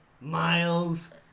Miles